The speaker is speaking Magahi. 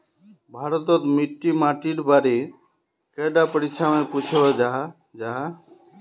भारत तोत मिट्टी माटिर बारे कैडा परीक्षा में पुछोहो जाहा जाहा?